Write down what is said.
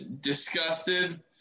disgusted